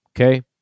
Okay